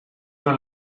con